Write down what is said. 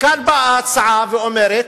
וכאן באה ההצעה ואומרת: